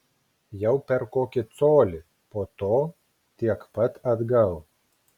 jau per kokį colį po to tiek pat atgal